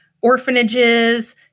orphanages